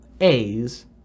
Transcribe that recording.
A's